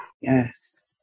Yes